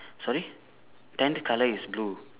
sorry tent colour is blue